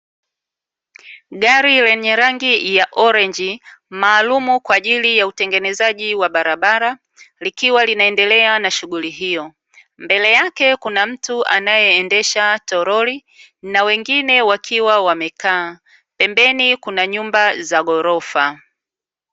Gari lenye rangi ya orenji maalumu kwaajili ya utengenezaji wa barabara likiwa linaendelea na shughuli hiyo, mbele yake kuna mtu anaendesha torori na wengine wakiwa wamekaa pembemi kuna nyumba za ghorofa.